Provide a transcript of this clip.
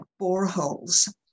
boreholes